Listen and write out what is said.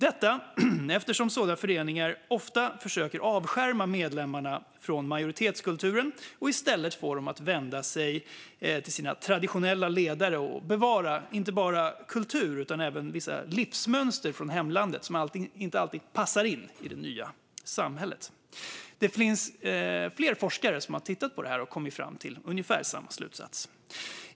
Anledningen är att sådana föreningar ofta försöker avskärma medlemmarna från majoritetskulturen och i stället får dem att vända sig till sina traditionella ledare och bevara inte bara kultur utan även vissa livsmönster från hemlandet som inte alltid passar in i det nya samhället. Fler forskare har tittat på det här och kommit fram till ungefär samma slutsats.